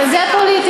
אבל זה פוליטיקה.